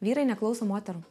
vyrai neklauso moterų